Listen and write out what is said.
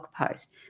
post